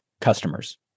customers